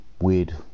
weird